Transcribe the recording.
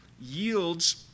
yields